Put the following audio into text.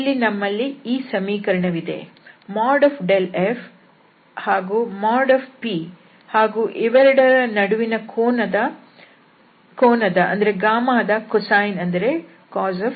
ಇಲ್ಲಿ ನಮ್ಮಲ್ಲಿ ಈ ಸಮೀಕರಣವಿದೆ |∇f| |p|ಹಾಗೂ ಇವೆರಡರ ನಡುವಿನ ಕೋನದ ದ cosine ಅಂದರೆ cos